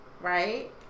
right